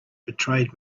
betrayed